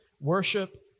worship